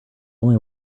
only